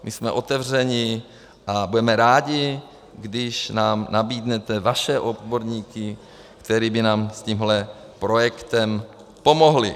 My jsme otevřeni a budeme rádi, když nám nabídnete vaše odborníky, kteří by nám s tímhle projektem pomohli.